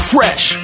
Fresh